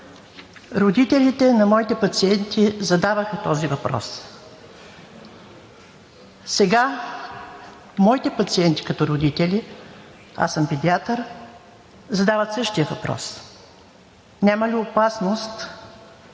родителите на моите пациенти задаваха този въпрос. Сега моите пациенти като родители – педиатър съм – задават същия въпрос. Няма ли опасност